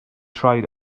tried